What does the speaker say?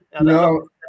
No